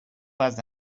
pas